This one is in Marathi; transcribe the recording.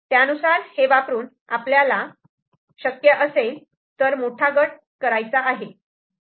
त्यानुसार हे वापरून आपल्याला शक्य असेल तर मोठा गट करायचा आहे